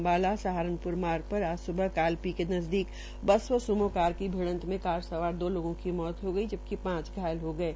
अम्बाला सहारानप्र मार्ग पर आज स्बह कालपी के नजदीक बस व स्मो कार की भिइत मे कार सवार दो लोगों की मौत हो गई जबकि पांच घायल हो गये